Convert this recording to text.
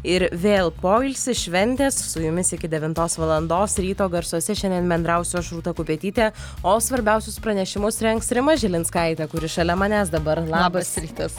ir vėl poilsis šventės su jumis iki devintos valandos ryto garsuose šiandien bendrausiu aš rūta kupetytė o svarbiausius pranešimus rengs rima žilinskaitė kuri šalia manęs dabar labas rytas